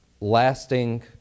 lasting